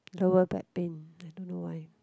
lower back pain I don't know why